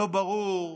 לא ברור,